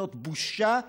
זאת בושה וחרפה.